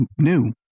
new